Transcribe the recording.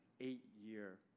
eight-year